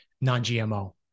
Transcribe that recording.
non-GMO